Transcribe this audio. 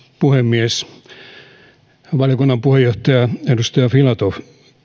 puhemies valiokunnan puheenjohtaja edustaja filatov